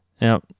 Now